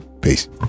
Peace